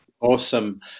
Awesome